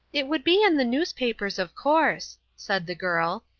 it would be in the newspapers, of course, said the girl.